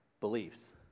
beliefs